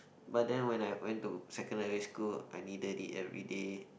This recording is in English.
but then when I went to secondary school I needed it everyday